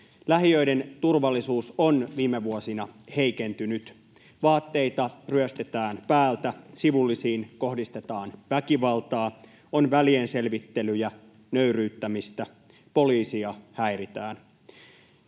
Lähiöiden turvallisuus on viime vuosina heikentynyt. Vaatteita ryöstetään päältä, sivullisiin kohdistetaan väkivaltaa, on välienselvittelyjä, nöyryyttämistä, poliisia häiritään.